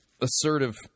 assertive